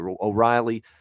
O'Reilly